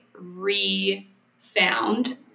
re-found